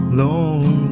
long